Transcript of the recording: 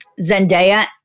Zendaya